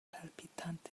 palpitante